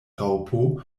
raŭpo